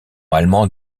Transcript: allemand